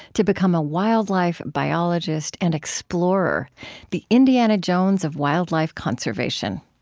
to become a wildlife biologist and explorer the indiana jones of wildlife conservation.